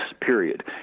period